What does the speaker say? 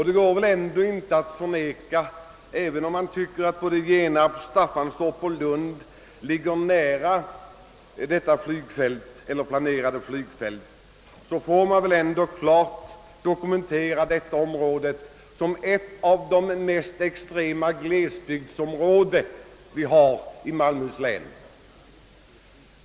Det går inte att förneka, även om man tycker att såväl Genarp som Staffanstorp och Lund ligger nära det planerade flygfältet i Sturup, att detta område är ett av de mest extrema glesbygdsområden som vi har i Malmöhus län.